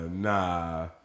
Nah